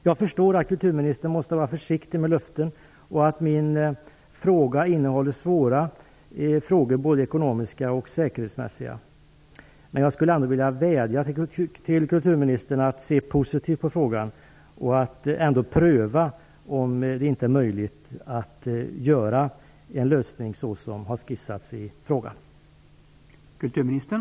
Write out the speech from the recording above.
Jag förstår att kulturministern måste vara försiktig med löften och att frågan innehåller både svåra ekonomiska och säkerhetsmässiga delar, men jag skulle ändå vilja vädja till kulturministern att se positivt på detta och pröva om det inte är möjligt att ta fram en lösning såsom har skissats i frågan.